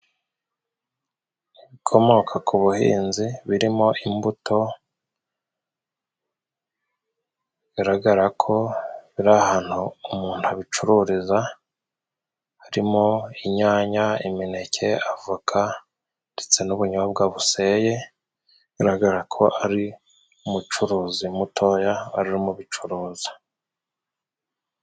Ibikomoka ku buhinzi birimo imbuto, bigaragara ko biri ahantu umuntu abicururiza. Harimo inyanya, imineke, avoka ndetse n'ubunyobwa buseye. Bigaragara ko ari umucuruzi mutoya, arimo kubicuruza.